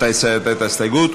אתה הסרת את ההסתייגות.